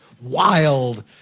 wild